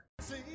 See